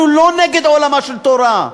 אנחנו לא נגד עולמה של תורה.